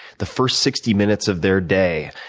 the first sixty minutes of their day,